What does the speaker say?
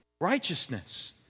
righteousness